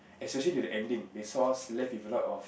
especially to the ending they saw us left with a lot of